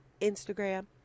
Instagram